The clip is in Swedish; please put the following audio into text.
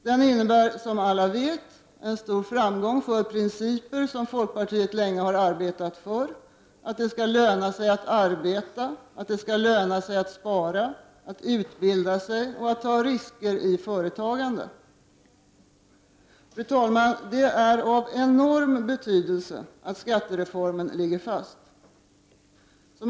Den innebär som alla vet en stor framgång för principer som folkpartiet länge har arbetat för — att det skall löna sig att arbeta, att spara, att utbilda sig och att ta risker i företagande. Fru talman! Det är av enorm betydelse att skattereformen ligger fast.